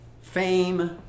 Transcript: fame